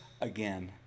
again